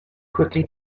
quickly